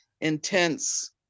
intense